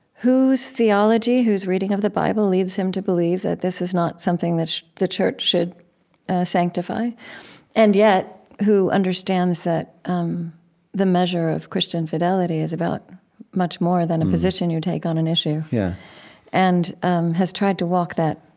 whose theology, whose reading of the bible leads him to believe that this is not something that the church should sanctify and yet who understands that um the measure of christian fidelity is about much more than a position you take on an issue yeah and has tried to walk that,